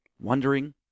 wondering